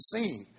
see